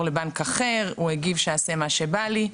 לבנק אחר והגיב גם שאעשה מה שבא לי".